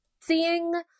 Seeing